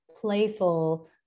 playful